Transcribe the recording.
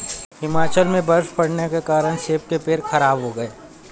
हिमाचल में बर्फ़ पड़ने के कारण सेब के पेड़ खराब हो गए